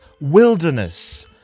wilderness